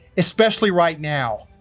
especially right now,